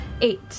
Eight